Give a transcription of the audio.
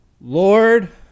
Lord